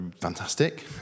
fantastic